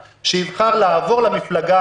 שיאמר שהמתווה המפורט בחוק זה,